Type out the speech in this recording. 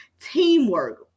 Teamwork